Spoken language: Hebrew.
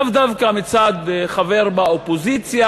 לאו דווקא מצד חבר באופוזיציה.